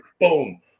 boom